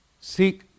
seek